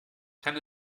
kann